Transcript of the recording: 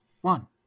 one